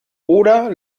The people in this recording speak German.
oder